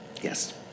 Yes